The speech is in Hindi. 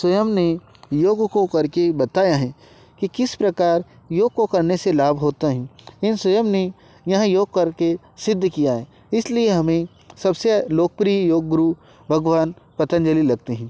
स्वयं ने योग को करके बताया है कि किस प्रकार योग को करने से लाभ होता है इन स्वयं ने यह योग करके सिद्ध किया है इसीलिए हमें सबसे लोकप्रिय योगगुरु भगवान पतंजलि लगते हैं